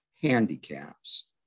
handicaps